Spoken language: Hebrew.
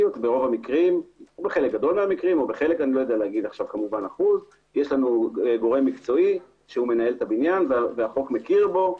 מהמקרים יש לנו גןרם מקצועי שמנהל את הבניין והחוק מכיר אותו,